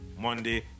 Monday